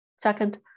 Second